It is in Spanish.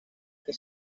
que